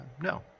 No